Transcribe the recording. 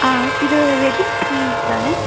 இது வெட்டிங் தானே